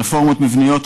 רפורמות מבניות,